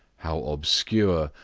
how obscure,